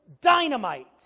dynamite